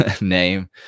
name